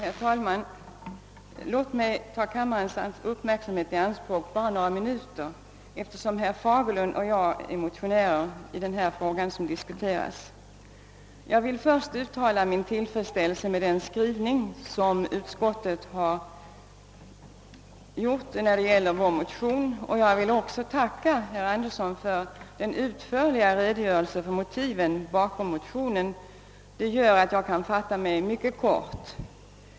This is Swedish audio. Herr talman! Låt mig ta kammarens uppmärksamhet i anspråk några minuter, eftersom jag tillsammans med herr Fagerlund är motionär i den fråga som nu diskuteras. Jag vill först uttala min tillfredsställelse med utskottets skrivning beträffande våra motioner, och jag vill också tacka herr Anderson i Sundsvall för den utförliga redogörelsen för motiven bakom dessa, vilken gör att jag kan fatta mig mycket kort.